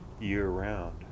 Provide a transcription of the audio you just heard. year-round